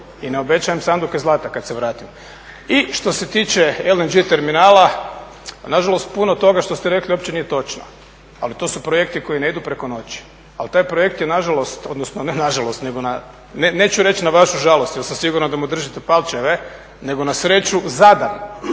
i ne obećajem sanduke zlata kad se vratim. I što se tiče … terminala, nažalost puno toga što ste rekli uopće nije točno, ali to su projekti koji ne idu preko noći, ali taj projekt je nažalost, odnosno ne nažalost, nego na, neću reći na vašu žalost jer sam siguran da mu držite palčeve, nego na sreću zadan.